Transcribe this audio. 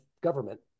government